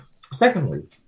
secondly